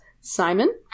Simon